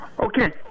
Okay